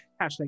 hashtag